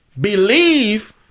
believe